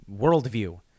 worldview